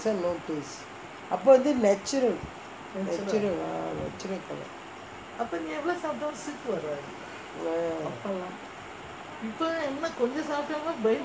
அப்போ வந்து:appo vanthu natural natural ah colour